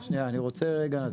אני רוצה רגע,